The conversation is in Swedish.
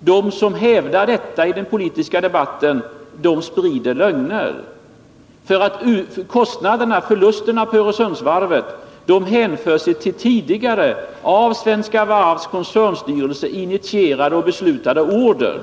De som hävdar motsatsen i den politiska debatten sprider lögner. Förlusterna för Öresundsvarvet hänför sig till tidigare, av Svenska Varv-koncernens styrelse initierade och beslutade order.